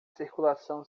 circulação